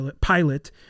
Pilot